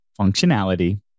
functionality